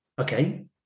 okay